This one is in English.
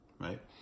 right